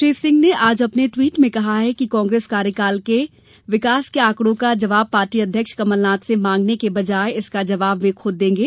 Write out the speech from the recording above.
श्री सिंह ने आज अपने टवीट में कहा कि कांग्रेस कार्यकाल के विकास के आंकड़ों का जबाव पार्टी अध्यक्ष कमलनाथ से मांगने की बजाये इसका जबाव वे खुद देंगे